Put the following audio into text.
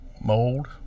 Mold